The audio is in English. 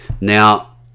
now